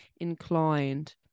inclined